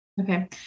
Okay